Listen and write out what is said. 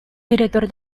director